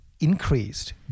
increased